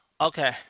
Okay